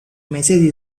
message